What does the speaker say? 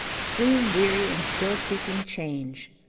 soon weary, and still seeking change,